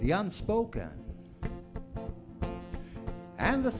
the unspoken and the